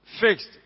fixed